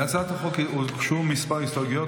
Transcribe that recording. להצעת החוק הוגשו כמה הסתייגויות,